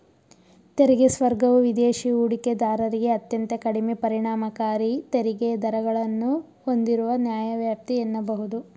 ತೆರಿಗೆ ಸ್ವರ್ಗವು ವಿದೇಶಿ ಹೂಡಿಕೆದಾರರಿಗೆ ಅತ್ಯಂತ ಕಡಿಮೆ ಪರಿಣಾಮಕಾರಿ ತೆರಿಗೆ ದರಗಳನ್ನ ಹೂಂದಿರುವ ನ್ಯಾಯವ್ಯಾಪ್ತಿ ಎನ್ನಬಹುದು